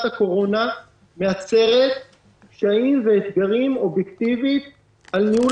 הקורונה מייצרת קשיים ואתגרים אובייקטיבית על ניהול